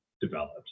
developed